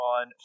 on